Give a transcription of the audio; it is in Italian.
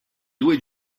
due